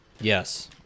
yes